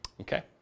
Okay